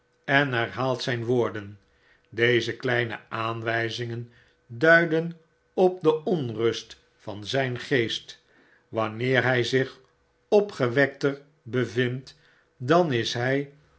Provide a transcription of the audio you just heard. en herhaalt zijn woorden deze kleine aanwijzingen duiden op de onrust van zijn geest wanneer hij zich opgewekter bevindt dan is hij